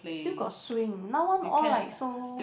still got swing now one all like so